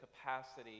capacity